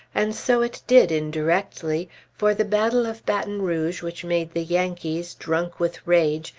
and so it did, indirectly for the battle of baton rouge which made the yankees, drunk with rage,